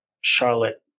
Charlotte